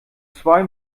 zwei